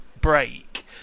break